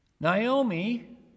Naomi